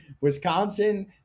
Wisconsin